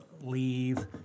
leave